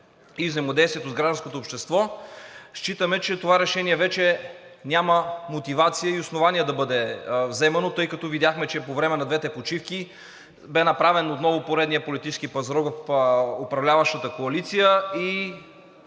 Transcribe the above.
взаимодействието с гражданското общество, считаме, че това решение вече няма мотивация и основания да бъде вземано, тъй като видяхме, че по време на двете почивки отново беше направен поредният политически пазарлък в управляващата коалиция и